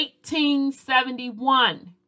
1871